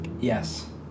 Yes